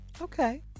Okay